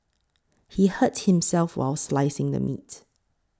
he hurt himself while slicing the meat